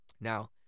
now